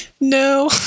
no